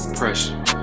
Pressure